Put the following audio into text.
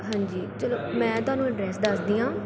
ਹਾਂਜੀ ਚੱਲੋ ਮੈਂ ਤੁਹਾਨੂੰ ਐਡਰੈਸ ਦੱਸਦੀ ਹਾਂ